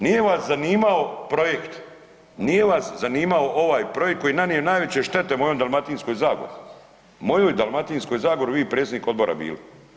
Nije vas zanimao projekt, nije vas zanimao ovaj projekt koji je nanio najveće štete mojoj Dalmatinskoj zagori, mojoj Dalmatinskoj zagori, vi predsjednik odbora bili.